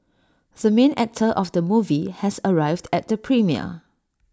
the main actor of the movie has arrived at the premiere